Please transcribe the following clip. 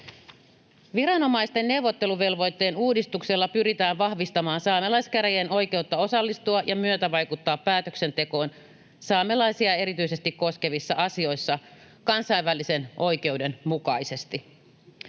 Viranomaisten neuvotteluvelvoitteen uudistuksella pyritään vahvistamaan saamelaiskäräjien oikeutta osallistua ja myötävaikuttaa päätöksentekoon saamelaisia erityisesti koskevissa asioissa kansainvälisen oikeuden mukaisesti.